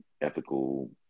ethical